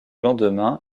lendemain